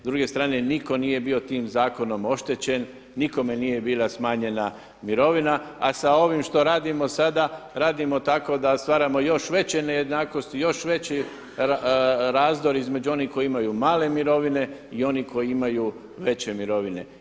S druge strane nitko nije bio tim zakonom oštećen, nikome nije bila smanjena mirovina, a s ovim što radimo sada radimo tako da stvaramo još veće nejednakosti, još veći razdor između onih koji imaju male mirovine i onih koji imaju veće mirovine.